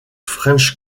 french